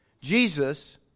Jesus